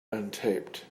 untaped